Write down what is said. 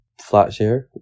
Flatshare